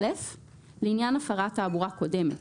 לעניין הפרת תעבורה קודמת